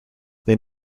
they